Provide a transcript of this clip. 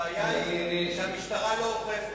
הבעיה היא שהמשטרה לא אוכפת.